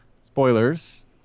Spoilers